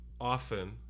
often